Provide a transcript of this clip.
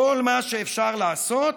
כל מה שאפשר לעשות,